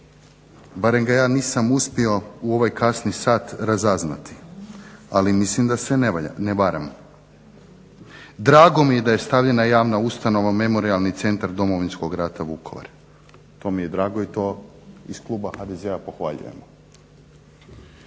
Barem ga ja nisam uspio u ovaj kasni sat razaznati, ali mislim da se ne varam. Drago mi je da je stavljena javna ustanova Memorijalni centar Domovinskog rata Vukovar, to mi je drago i to iz kluba HDZ-a pohvaljujemo.